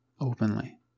openly